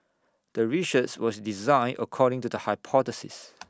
the research was designed according to the hypothesis